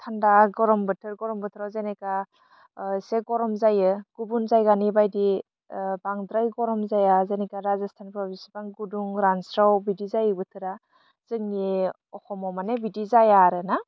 थान्दा गरम बोथोर गरम बोथोराव जेनेखा एसे गरम जायो गुबुन जायगानि बायदि बांद्राय गरम जाया जेनेखा राजस्थानफ्राव बिसिबां गुदुं रानस्राव बिदि जायो बोथोरा जोंनि अखमाव मानि बिदि जाया आरोना